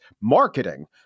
marketing